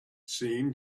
seemed